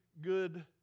good